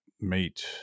meet